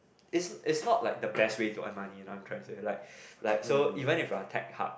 is is not like the best way to earn money you know what I'm trying to say like like so even if our tag hub